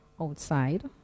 outside